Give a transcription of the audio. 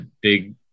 big